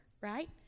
right